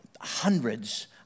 hundreds